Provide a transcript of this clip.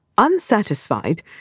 Unsatisfied